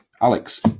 Alex